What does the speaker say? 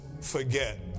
forget